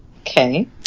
Okay